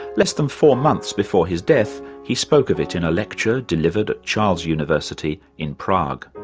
less than four months before his death, he spoke of it in a lecture delivered at charles university in prague.